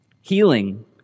Healing